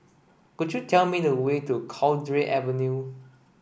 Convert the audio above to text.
could you tell me the way to Cowdray Avenue